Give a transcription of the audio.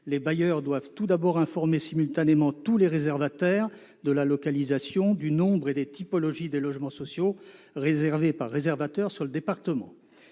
les bailleurs doivent tout d'abord informer simultanément tous les réservataires de la localisation, du nombre et des typologies de logements sociaux réservés par réservataire, dans le département.